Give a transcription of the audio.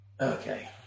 Okay